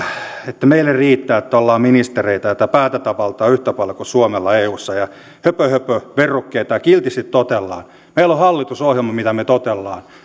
että meille riittää että olemme ministereitä tätä päätäntävaltaa on yhtä paljon kuin suomella eussa että on höpöhöpöverukkeita ja kiltisti totellaan meillä on hallitusohjelma mitä me tottelemme